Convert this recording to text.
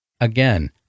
Again